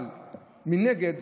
אבל מנגד,